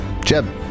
Jeb